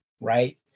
Right